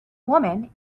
woman